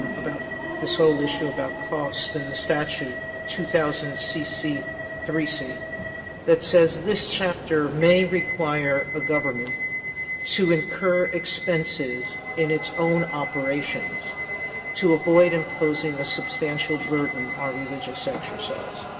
about this whole issue about cost in the statute two thousand cc three c that says, this chapter may require a government to incur expenses in its own operations to avoid imposing a substantial burden on religious exercise.